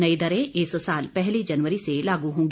नई दरें इस साल पहली जनवरी से लागू होंगी